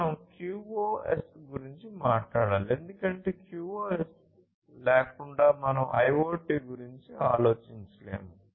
మనం QoS గురించి మాట్లాడాలి ఎందుకంటే QoS లేకుండా మనం IoT గురించి ఆలోచించలేము